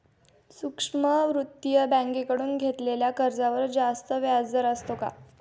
सूक्ष्म वित्तीय बँकेकडून घेतलेल्या कर्जावर जास्त व्याजदर असतो का?